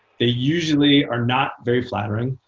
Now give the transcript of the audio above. they usually are not very flattering.